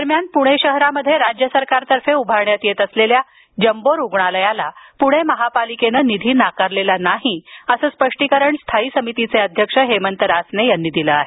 दरम्यान पुणे शहरात राज्य सरकारतर्फे उभारण्यात येत असलेल्या जम्बो रुग्णालयाला पुणे महापालिकेने निधी नाकारलेला नाही असं स्पष्टीकरण स्थायी समितीचे अध्यक्ष हेमंत रासने यांनी दिलं आहे